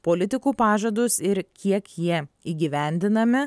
politikų pažadus ir kiek jie įgyvendinami